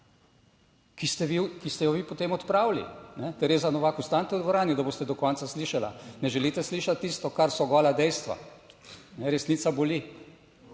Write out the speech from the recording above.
ki ste jo vi potem odpravili. Tereza Novak, ostanite v dvorani, da boste do konca slišala. Ne želite slišati tisto, kar so gola dejstva, resnica boli,